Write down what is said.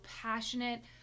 passionate